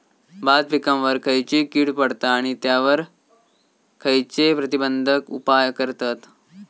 भात पिकांवर खैयची कीड पडता आणि त्यावर खैयचे प्रतिबंधक उपाय करतत?